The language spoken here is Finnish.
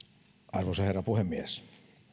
arvoisa herra puhemies